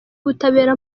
ubutabera